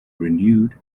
renewed